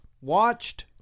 watched